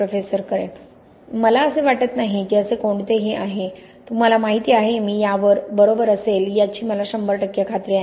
professor Karen हसत मला असे वाटत नाही की असे कोणतेही आहे तुम्हाला माहिती आहे मी यावर बरोबर असेल याची मला 100 टक्के खात्री आहे